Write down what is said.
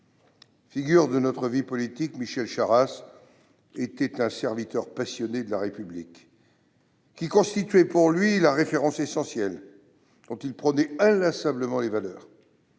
Figure de notre vie politique, Michel Charasse était un serviteur passionné de la République, qui constituait pour lui la référence essentielle et dont il prônait inlassablement les valeurs.